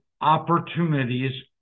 opportunities